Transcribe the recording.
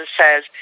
says